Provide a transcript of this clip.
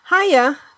Hiya